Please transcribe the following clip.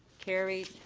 carried.